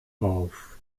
auf